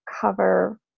cover